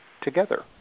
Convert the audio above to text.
together